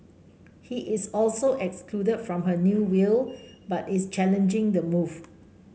he is also excluded from her new will but is challenging the move